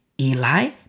Eli